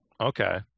okay